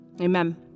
amen